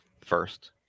first